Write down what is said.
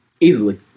easily